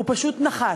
הוא פשוט נחת.